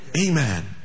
amen